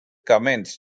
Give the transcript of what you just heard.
comments